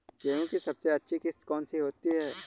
गेहूँ की सबसे अच्छी किश्त कौन सी होती है?